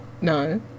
No